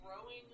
growing